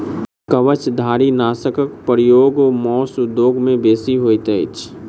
कवचधारीनाशकक प्रयोग मौस उद्योग मे बेसी होइत अछि